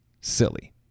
silly